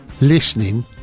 listening